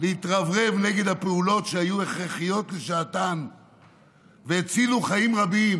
להתרברב נגד הפעולות שהיו הכרחיות לשעתן והצילו חיים רבים,